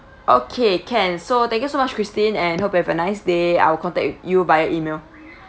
okay can so thank you so much christine and hope you have a nice day I'll contact you by email